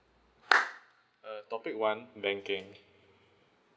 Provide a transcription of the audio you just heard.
uh topic one banking